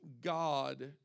God